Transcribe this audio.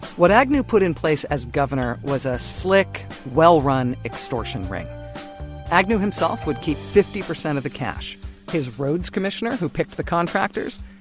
what agnew put in place as governor was a slick well-run extortion ring agnew himself would keep fifty percent of the cash his roads commissioner, who picked the contractors,